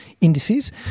indices